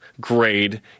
grade